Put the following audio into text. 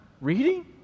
reading